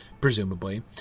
presumably